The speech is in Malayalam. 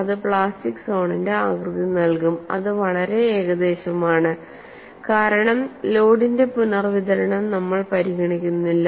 അത് പ്ലാസ്റ്റിക് സോണിന്റെ ആകൃതി നൽകും അത് വളരെ ഏകദേശമാണ് കാരണം ലോഡിന്റെ പുനർവിതരണം നമ്മൾ പരിഗണിക്കുന്നില്ല